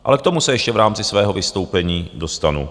Ale k tomu se ještě v rámci svého vystoupení dostanu.